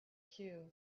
cue